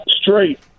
straight